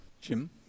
Jim